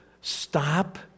stop